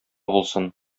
булсын